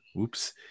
Oops